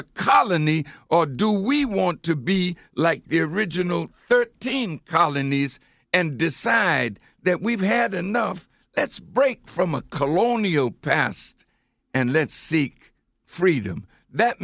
a colony or do we want to be like the original thirteen colonies and decide that we've had enough that's break from a colonial past and let seek freedom that